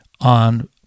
on